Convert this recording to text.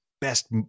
best